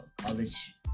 college